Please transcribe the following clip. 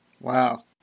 Wow